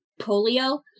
polio